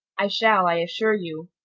i shall, i assure you.